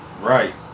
right